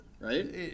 right